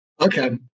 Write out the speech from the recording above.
Okay